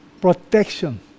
protection